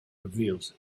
reveals